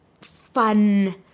fun